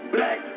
Black